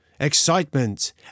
excitement